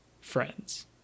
friends